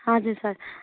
हजुर सर